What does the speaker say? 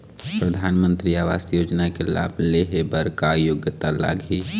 परधानमंतरी आवास योजना के लाभ ले हे बर का योग्यता लाग ही?